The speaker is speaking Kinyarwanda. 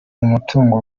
mutungo